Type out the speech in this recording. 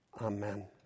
Amen